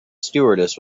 stewardess